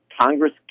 Congress